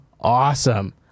awesome